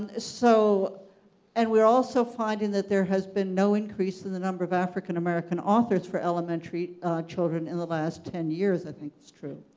ah so and we're also finding that there has been no increase in the number of african american authors for elementary children in the last ten years, i think, is true.